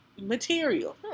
material